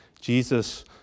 Jesus